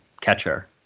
Catcher